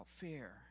fear